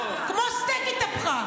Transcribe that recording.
כמו סטייק התהפכה.